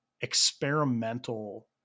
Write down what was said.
experimental